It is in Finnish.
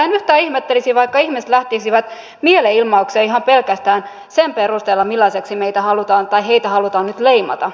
en yhtään ihmettelisi vaikka ihmiset lähtisivät mielenilmaukseen ihan pelkästään sen perusteella millaiseksi heitä halutaan nyt leimata